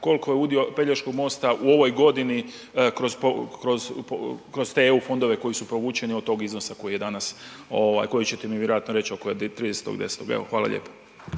koliko je udio Pelješkog mosta u ovoj godini kroz, kroz te EU fondove koji su provučeni od tog iznosa koji je danas ovaj koji ćete mi vjerojatno reći oko 30.10. Evo, hvala lijepo.